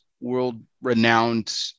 world-renowned